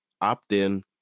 opt-in